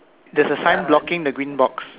there's a sign blocking the green box